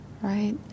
right